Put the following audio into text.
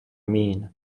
mean